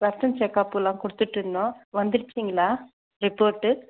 செக்கப்லாம் கொடுத்துட்டுருந்தோம் வந்துருச்சுங்களா ரிப்போர்ட்டு